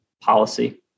policy